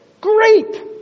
Great